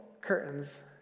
curtains